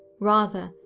rather,